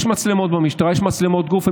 יש מצלמות במשטרה, יש מצלמות גוף.